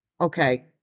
Okay